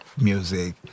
music